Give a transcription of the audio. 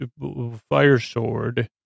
Firesword